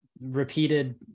repeated